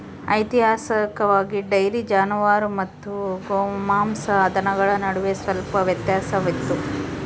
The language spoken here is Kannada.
ಐತಿಹಾಸಿಕವಾಗಿ, ಡೈರಿ ಜಾನುವಾರು ಮತ್ತು ಗೋಮಾಂಸ ದನಗಳ ನಡುವೆ ಸ್ವಲ್ಪ ವ್ಯತ್ಯಾಸವಿತ್ತು